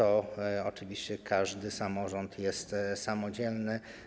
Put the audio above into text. Oczywiście każdy samorząd jest samodzielny.